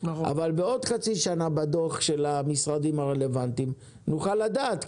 אבל בעוד חצי שנה בדו"ח המשרדים הרלוונטיים נוכל לדעת.